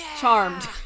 charmed